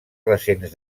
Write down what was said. recents